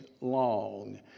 long